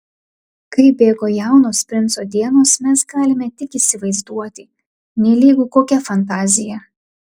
kaip bėgo jaunos princo dienos mes galime tik įsivaizduoti nelygu kokia fantazija